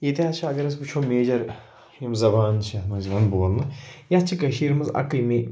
ییٚتہِ حظ چھِ اگر أسۍ وُچھو میجَر یِم زَبانہٕ چھِ یَتھ منٛز یِوان بولنہٕ یَتھ چھِ کٔشیٖر منٛز اَکٕے مےٚ